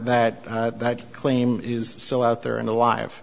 that that claim is so out there and alive